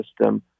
system